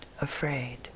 afraid